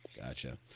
Gotcha